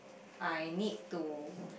I need to